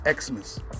Xmas